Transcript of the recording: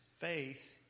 faith